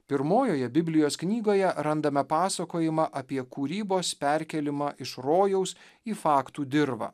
pirmojoje biblijos knygoje randame pasakojimą apie kūrybos perkėlimą iš rojaus į faktų dirvą